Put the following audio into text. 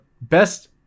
best